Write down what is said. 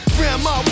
Grandma